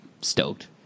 stoked